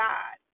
God